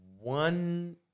one